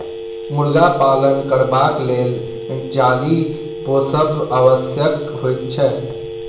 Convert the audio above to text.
मुर्गा पालन करबाक लेल चाली पोसब आवश्यक होइत छै